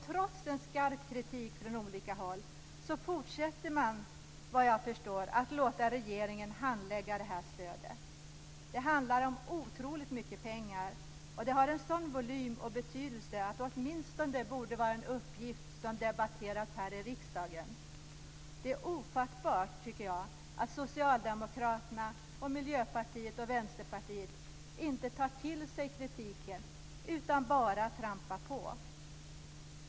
Trots en skarp kritik från olika håll fortsätter man, såvitt jag förstår, att låta regeringen handlägga det här stödet. Det handlar om otroligt mycket pengar, och det har en sådan volym och betydelse att det borde åtminstone vara en uppgift som debatteras här i riksdagen. Det är ofattbart att Socialdemokraterna, Miljöpartiet och Vänsterpartiet inte tar till sig kritiken utan bara trampar på.